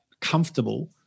comfortable